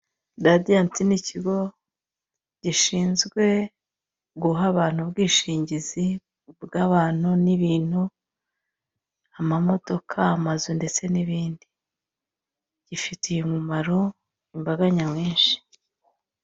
Radiant ni ikigo gishinzwe guha abantu ubwishingizi bw'abantu n'ibintu, amamodoka, amazu ndetse n'ibindi, gifitiye umumaro imbaga nyamwinshi.